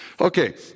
Okay